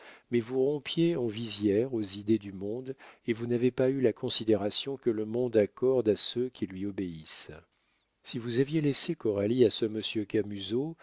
mais vous rompiez en visière aux idées du monde et vous n'avez pas eu la considération que le monde accorde à ceux qui lui obéissent si vous aviez laissé coralie à ce monsieur